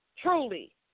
Truly